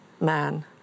man